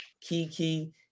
Kiki